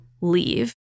leave